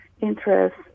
interest